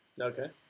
Okay